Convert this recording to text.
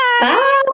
Bye